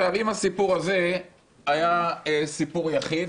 אם הסיפור הזה היה סיפור יחיד